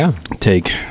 take